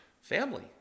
family